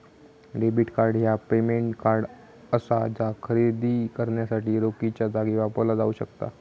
debit card ह्या payment card असा जा खरेदी करण्यासाठी रोखीच्यो जागी वापरला जाऊ शकता